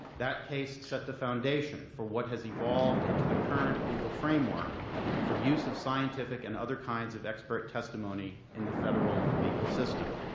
that case set the foundation for what has evolved into the current legal framework for use of scientific and other kinds of expert testimony in the federal legal system.